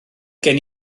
gen